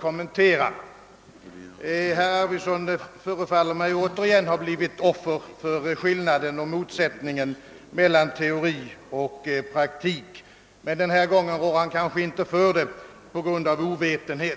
kommentera något. Herr Arvidson förefaller mig återigen ha blivit offer för skillnaden och motsättningen mellan teori och praktik. Men den här gången rår han kanske inte för det på grund av ovetskap.